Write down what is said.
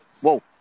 Whoa